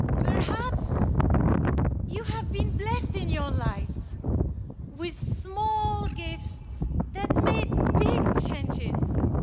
perhaps you have been blessed in your lives with small gifts that made big changes.